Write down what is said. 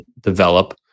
develop